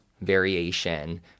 variation